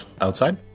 outside